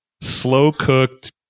Slow-cooked